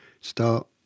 start